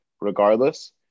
regardless